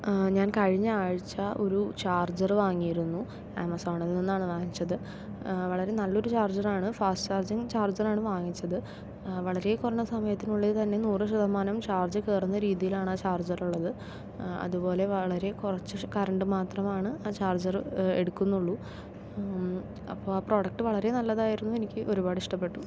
ഞാൻ കഴിഞ്ഞ ആഴ്ച്ച ഒരു ചാർജർ വാങ്ങിയിരുന്നു ആമസോണിൽ നിന്നാണ് വാങ്ങിച്ചത് വളരെ നല്ലൊരു ചാർജറാണ് ഫാസ്റ്റ് ചാർജിംഗ് ചാർജറാണ് വാങ്ങിച്ചത് വളരെ കുറഞ്ഞ സമയത്തിനുള്ളിൽ തന്നെ നൂറ് ശതമാനം ചാർജ് കയറുന്ന രീതിയിലാണ് ആ ചാർജറുള്ളത് അതുപോലെ വളരെ കുറച്ചു കറൻറ് മാത്രമാണ് ആ ചാർജർ എടുക്കുന്നുള്ളു അപ്പോൾ ആ പ്രോഡക്ട് വളരെ നല്ലതായിരുന്നു എനിക്ക് ഒരുപാട് ഇഷ്ടപ്പെട്ടു